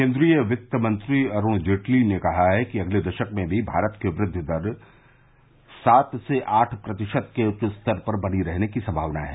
केन्द्रीय क्ति मंत्री अरूण जेटली ने कहा है कि अगले दशक में भी भारत की वृद्धि दर सात से आठ प्रतिशत के उच्च स्तर पर बनी रहने की संभावना है